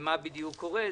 מה בדיוק קורה.